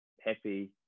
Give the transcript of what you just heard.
happy